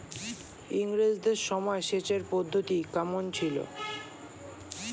ইঙরেজদের সময় সেচের পদ্ধতি কমন ছিল?